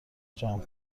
جمع